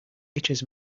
itches